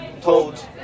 told